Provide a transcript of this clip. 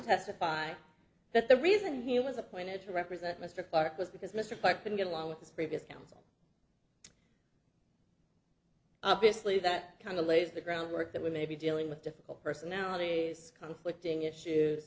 testify that the reason he was appointed to represent mr clarke was because mr pike didn't get along with his previous counsel obviously that kind of lays the groundwork that we may be dealing with difficult personality conflict ing issues